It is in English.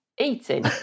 eating